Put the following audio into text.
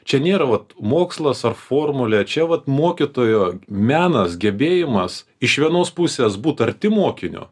čia nėra vat mokslas ar formulė čia vat mokytojo menas gebėjimas iš vienos pusės būt arti mokinio